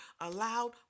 allowed